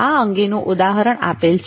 આ અંગેનો ઉદાહરણ અગાઉ આપેલ છે